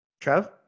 Trev